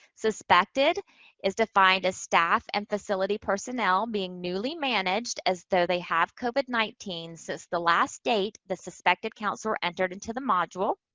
suspected is defined as staff and facility personnel being newly managed as though they have covid nineteen since the last date the suspected counts were entered into the module.